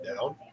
down